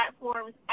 platforms